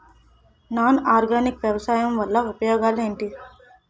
Non organic వ్యవసాయం వల్ల ఉపయోగాలు ఏంటీ?